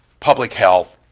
public health,